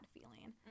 feeling